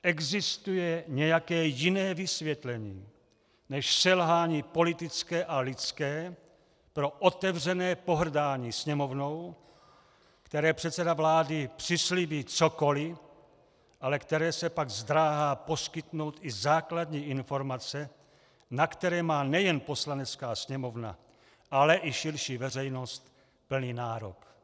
Existuje nějaké jiné vysvětlení než selhání politické a lidské pro otevřené pohrdání Sněmovnou, které předseda vlády přislíbí cokoli, ale které se pak zdráhá poskytnout i základní informace, na které má nejen Poslanecká sněmovna, ale i širší veřejnost plný nárok?